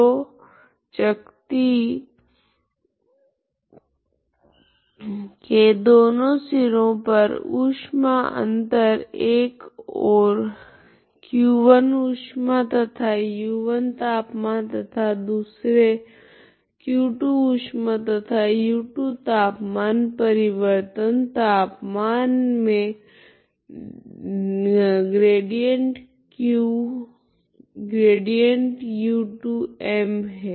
तो चकती के दोनों सिरों पर ऊष्मा अंतर एक ओर Q1 ऊष्मा तथा u1 तापमान तथा दूसरे Q2 ऊष्मा तथा u2 तापमान परिवर्तन तापमान मे ΔQ∝Δ um है